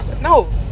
No